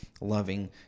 loving